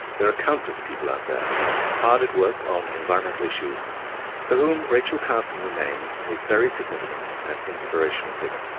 there are countless people out there hard at work on environmental issues for whom rachel carson remains a very significant and inspirational figure.